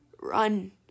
Run